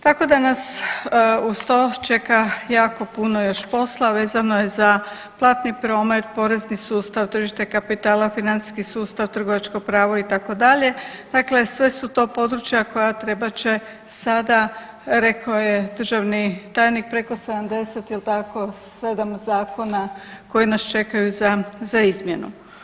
Tako da nas uz to čeka jako puno još posla, vezano je za platni promet, porezni sustav, tržište kapitala, financijski sustav, trgovačko pravo itd., dakle sve su to područja koja treba će sada rekao je državni tajnik preko 70 jel tako 7 zakona koji nas čekaju za, za izmjenu.